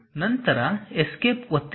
ನಂತರ ಎಸ್ಕೇಪ್ ಒತ್ತಿರಿ